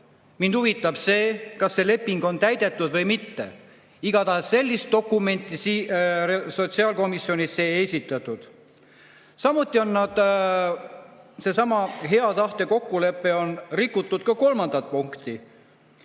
Mind huvitab see, kas see leping on täidetud või mitte. Igatahes sellist dokumenti sotsiaalkomisjonis ei esitletud. Samuti on rikutud sellesama hea tahte kokkuleppe kolmandat punkti,